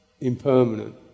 impermanent